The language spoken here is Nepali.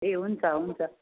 ए हुन्छ हुन्छ